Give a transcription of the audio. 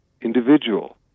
individual